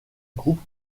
groupe